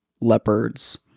leopards